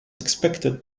expected